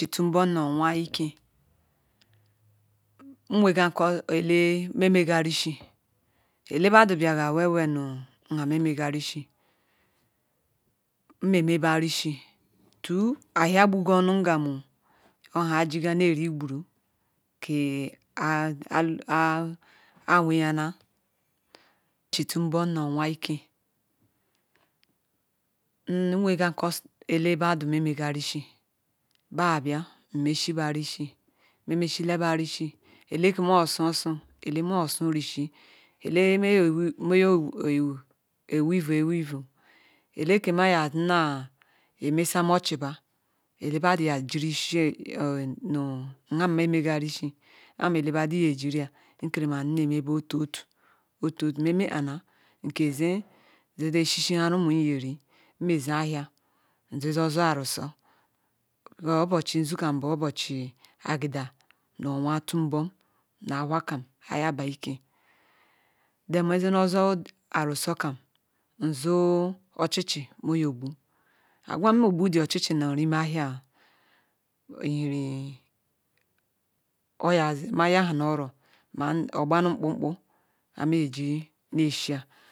nwegam kor eleme-mega nu rishi biaga well nheme mega rishi nme nme bah rishi ahia gbuga onu ngam oha ji ga ne erigbulu ah ah ah a wihiala chi tu-nbom nu owah ike nweh gam krr elebadu nme mega rishi bah abia nmeshi risi memeshila bah diri eleke mons-osu osu nosu risi eleme jor ur eevi oweevi eleke ma ze mechama ochi bah ele badu ya jiri ishi ma ba je nha mega rishi ahm ele badu nje jiri nne ma bah a tutu nme me ana nke ze de rhisi heh umu iye iri nmeze ahia je zu arusi agida nu owa otu-nbum na hour kam ayaba ike the mezene jo zu anusi kam nzu ochichi nu ime ahia ihiri oyazi nmayana oro ogbani kpum pum ha me ji ji ne beshia